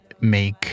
make